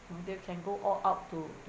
know you can go all out to to